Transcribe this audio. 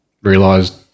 realised